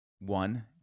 one